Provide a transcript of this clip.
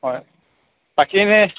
হয় বাকী এনে